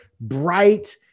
bright